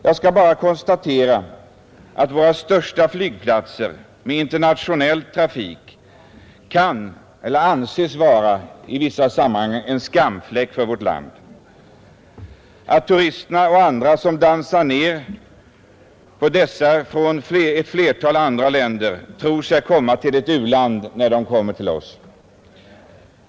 Jag skall bara konstatera att våra största flygplatser med internationell trafik i vissa hänseenden anses vara en skamfläck för vårt land; att turister m.fl. från ett flertal andra länder som dansar ned på våra flygplatser tror sig komma till ett u-land när de kommer till oss.